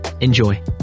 enjoy